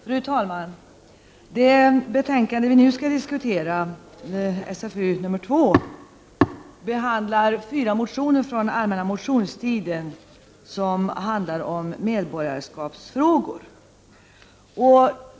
Fru talman! Det betänkande vi nu skall diskutera behandlar fyra motioner från allmänna motionstiden som gäller medborgarskapsfrågor.